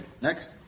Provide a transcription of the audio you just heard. next